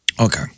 Okay